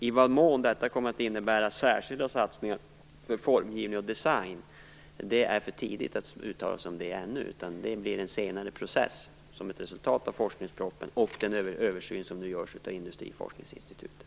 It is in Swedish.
I vad mån detta kommer att innebära särskilda satsningar på formgivning och design är det ännu för tidigt att uttala sig om. Det blir en senare process som ett resultat av forskningspropositionen och den översyn som nu görs av Industriforskningsinstitutet.